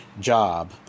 job